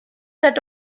that